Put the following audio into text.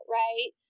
right